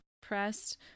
pressed